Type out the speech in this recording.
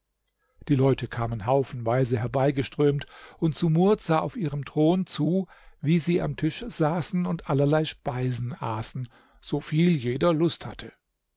die leute kamen haufenweise herbeigeströmt und sumurd sah auf ihrem thron zu wie sie am tisch saßen und allerlei speisen aßen so viel jeder lust hatte